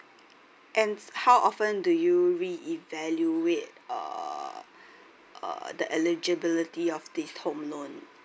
and how often do you re-evaluate uh uh the eligibility of the home loan